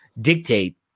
dictate